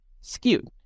skewed